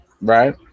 right